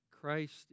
Christ